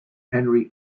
henri